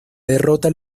derrota